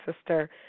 sister